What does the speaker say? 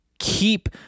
Keep